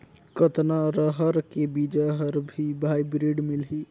कतना रहर के बीजा हर भी हाईब्रिड मिलही?